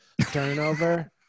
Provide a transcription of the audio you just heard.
turnover